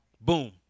Boom